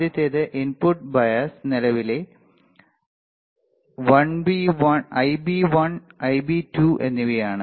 ആദ്യത്തേത് input bias നിലവിലെ Ib1 Ib2 എന്നിവയാണ്